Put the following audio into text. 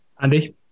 Andy